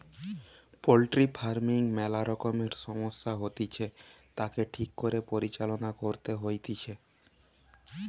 poultry farming ম্যালা রকমের সমস্যা হতিছে, তাকে ঠিক করে পরিচালনা করতে হইতিছে